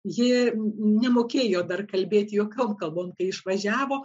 ji nemokėjo dar kalbėti jokiom kalbom kai išvažiavo